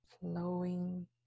flowing